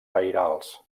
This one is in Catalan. pairals